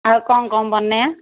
ଆଉ କ'ଣ କ'ଣ ବନେଇବା